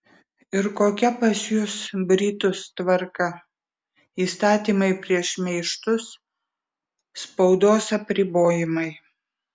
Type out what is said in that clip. ir kokia pas jus britus tvarka įstatymai prieš šmeižtus spaudos apribojimai